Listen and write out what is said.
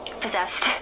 possessed